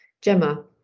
Gemma